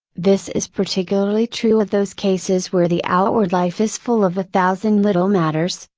this is particularly true of those cases where the outward life is full of a thousand little matters,